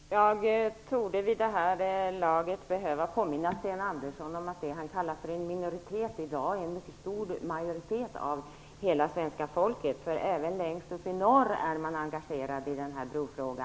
Herr talman! Jag torde vid det här laget behöva påminna Sten Andersson om att det han kallar för en minoritet i dag är en mycket stor majoritet av hela svenska folket. Även längst uppe i norr är man engagerad i denna brofråga.